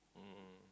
mm